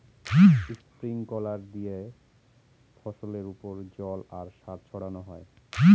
sprinkler দিয়ে ফসলের ওপর জল আর সার ছড়ানো হয়